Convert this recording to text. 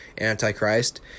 Antichrist